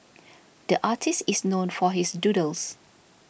the artist is known for his doodles